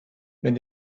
wenn